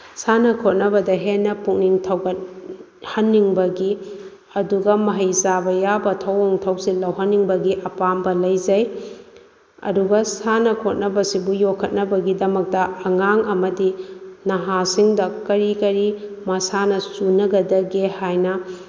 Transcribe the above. ꯁꯥꯟꯅ ꯈꯣꯠꯅꯕꯗ ꯍꯦꯟꯅ ꯄꯨꯛꯅꯤꯡ ꯊꯧꯒꯠ ꯍꯟꯅꯤꯡꯕꯒꯤ ꯑꯗꯨꯒ ꯃꯍꯩ ꯆꯥꯕ ꯌꯥꯕ ꯊꯧꯑꯣꯡ ꯊꯧꯁꯤꯜ ꯂꯧꯍꯟꯅꯤꯡꯕꯒꯤ ꯑꯄꯥꯝꯕ ꯂꯩꯖꯩ ꯑꯗꯨꯒ ꯁꯥꯟꯅ ꯈꯣꯠꯅꯕꯁꯤꯕꯨ ꯌꯣꯛꯈꯠꯕꯒꯤꯗꯃꯛꯇ ꯑꯉꯥꯡ ꯑꯃꯗꯤ ꯅꯍꯥꯁꯤꯡꯗ ꯀꯔꯤ ꯀꯔꯤ ꯃꯁꯥꯟꯅ ꯆꯨꯅꯒꯗꯒꯦ ꯍꯥꯏꯅ